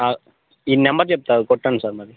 ఈ నెంబర్ చెప్తాను కొత్తది సార్ మాది